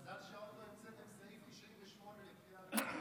מזל שעוד לא המצאתם סעיף 98 לקריאה ראשונה.